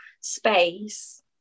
space